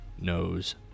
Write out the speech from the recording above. knows